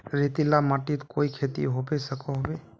रेतीला माटित कोई खेती होबे सकोहो होबे?